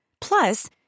Plus